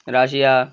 Russia